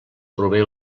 prové